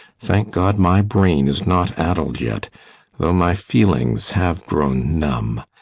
thank god, my brain is not addled yet, though my feelings have grown numb.